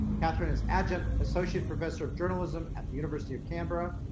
katharine is adjunct associate professor of journalism at the university of canberra,